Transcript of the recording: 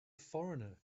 foreigner